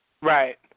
Right